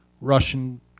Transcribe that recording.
Russian